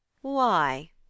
Why